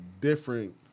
different